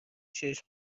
چشم